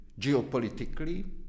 geopolitically